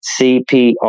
CPR